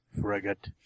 Frigate